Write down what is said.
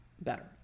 better